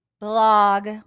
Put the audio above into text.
blog